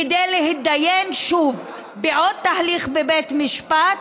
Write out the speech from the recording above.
כדי להתדיין שוב בעוד תהליך בבית משפט?